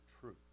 truth